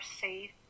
safe